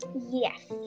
Yes